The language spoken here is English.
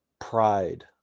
pride